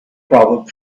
proverb